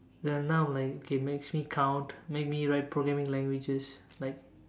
ya now I'm like okay makes me count make me write programming languages like